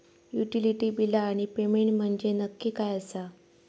Utility बिला आणि payment म्हंजे नक्की काय आसा?